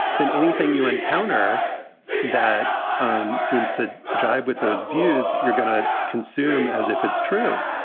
then anything you encounter that um seems to jibe with those views you're going to consume as if it's true,